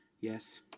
yes